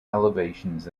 elevations